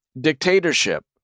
dictatorship